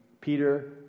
Peter